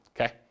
okay